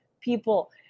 people